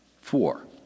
Four